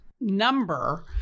number